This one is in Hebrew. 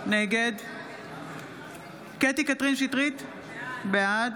נגד קטי קטרין שטרית, בעד